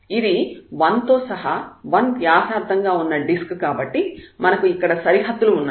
ఇది 1 తో సహా 1 వ్యాసార్థం గా ఉన్న డిస్క్ కాబట్టి మనకు ఇక్కడ సరిహద్దులు ఉన్నాయి